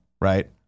Right